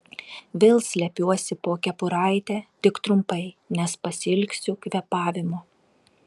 vėl slepiuosi po kepuraite tik trumpai nes pasiilgsiu kvėpavimo